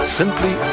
simply